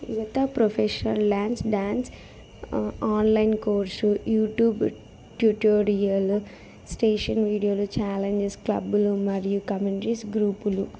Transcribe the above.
యువత professional dance dance online course YouTube tutorial station వీడియోలు challenges క్లబ్బులు మరియు కమెంట్రీస్ గ్రూపులు